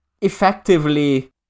effectively